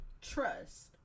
trust